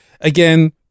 again